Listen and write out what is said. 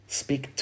speak